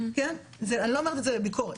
אני לא אומרת את זה כביקורת,